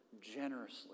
generously